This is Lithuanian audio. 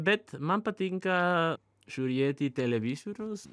bet man patinka žiūrėti televizorius